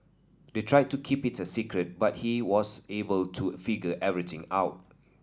they tried to keep it a secret but he was able to figure everything out